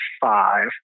Five